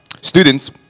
students